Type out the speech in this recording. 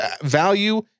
value